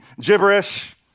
gibberish